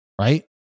right